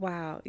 Wow